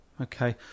Okay